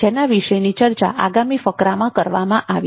જેના વિશેની ચર્ચા આગામી ફકરામાં કરવામાં આવી છે